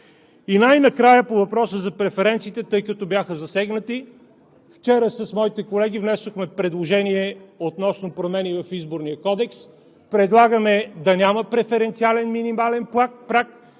И най-накрая, по въпроса за преференциите, тъй като бяха засегнати. Вчера с моите колеги внесохме предложения относно промени в Изборния кодекс. Предлагаме да няма минимален преференциален праг,